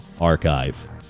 archive